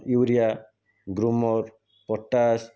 urea gromor potash